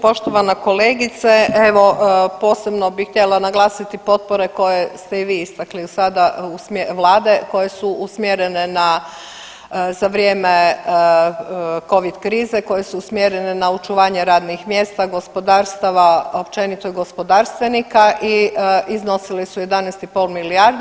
Poštovana kolegice evo posebno bi htjela naglasiti potpore koje ste i vi istakli sada u, vlade, koje su usmjerene na, za vrijeme Covid krize koje su usmjerene na očuvanje radnih mjesta, gospodarstava, općenito gospodarstvenika i iznosile su 11,5 milijardi.